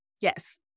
Yes